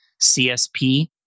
CSP